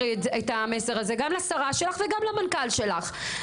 שהמסר הזה יגיע לשרה שלך וגם למנכ"ל שלך.